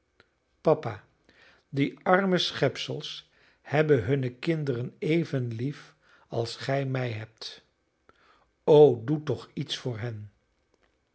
papa die arme schepsels hebben hunne kinderen even lief als gij mij hebt o doe toch iets voor hen